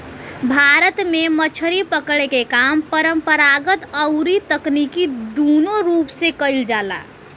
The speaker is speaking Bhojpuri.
भारत में मछरी पकड़े के काम परंपरागत अउरी तकनीकी दूनो रूप से कईल जाला